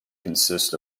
consists